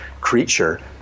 creature